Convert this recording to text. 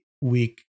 week